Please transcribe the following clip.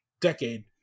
decade